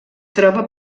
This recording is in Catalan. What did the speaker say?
troba